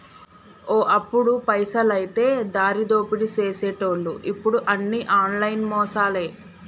ఓ అప్పుడు పైసలైతే దారిదోపిడీ సేసెటోళ్లు ఇప్పుడు అన్ని ఆన్లైన్ మోసాలే